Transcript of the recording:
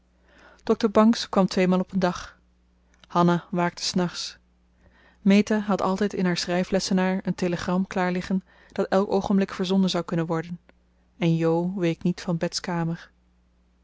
dr bangs kwam tweemaal op een dag hanna waakte s nachts meta had altijd in haar schrijflessenaar een telegram klaar liggen dat elk oogenblik verzonden zou kunnen worden en jo week niet van bets kamer